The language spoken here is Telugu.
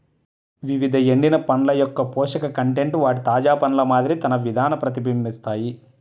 వివిధ ఎండిన పండ్ల యొక్కపోషక కంటెంట్ వాటి తాజా పండ్ల మాదిరి తన విధాన ప్రతిబింబిస్తాయి